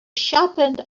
sharpened